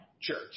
church